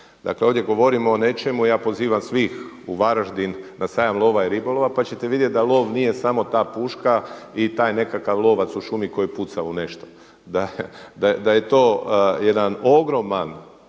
Dakle, govorimo o nečemu, ja pozivam svih u Varaždin na sajam lova i ribolova pa ćete vidjeti da lov nije samo ta puška i taj nekakav lovac u šumi koji puca u nešto, da je to jedan ogroman